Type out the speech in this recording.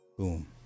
boom